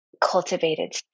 cultivated